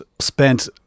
spent